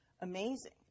amazing